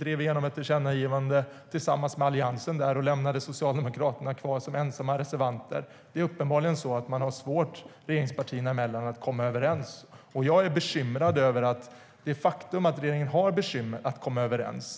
drev igenom ett tillkännagivande tillsammans med Alliansen i går och lämnade Socialdemokraterna kvar som ensamma reservanter. Regeringspartierna har uppenbarligen svårt att komma överens. Jag är bekymrad över att regeringen har svårt att komma överens.